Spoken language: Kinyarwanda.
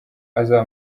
azaba